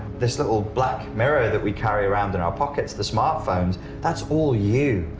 this little black mirror that we carry around in our pockets, the smartphones that's all you.